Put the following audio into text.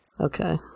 Okay